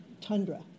tundra